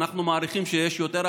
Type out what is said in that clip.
אנחנו מעריכים שיש יותר,